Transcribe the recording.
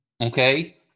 okay